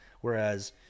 whereas